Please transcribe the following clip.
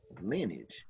lineage